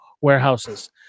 warehouses